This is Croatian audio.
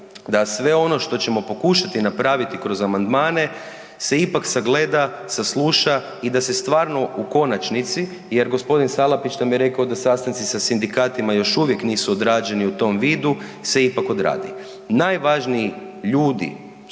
da sve ono što ćemo pokušati napraviti kroz amandmane se ipak sagleda, sasluša i da se stvarno u konačnici, jer gospodin Salapić nam je rekao da sastanci sa sindikatima još uvijek nisu odrađeni u tom vidu se ipak odradi. Najvažniji ljudi